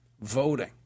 voting